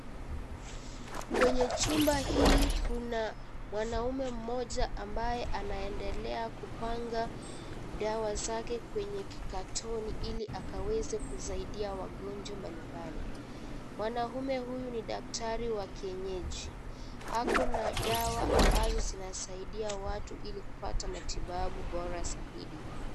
Kwenye chumba hii, kuna mwanaume mmoja ambaye anaendelea kupanga dawa zake kwenye kikatoni ili akaweze kusaidia wagonjwa mbalimbali. Mwanaume huyu ni daktari wa kienyeji. Hako na dawa ambazo zinasaidia watu bora zaidi.